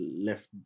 left